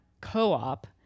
Co-op